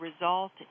result